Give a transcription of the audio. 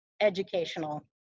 educational